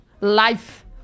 Life